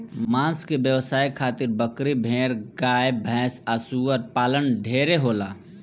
मांस के व्यवसाय खातिर बकरी, भेड़, गाय भैस आ सूअर पालन ढेरे होला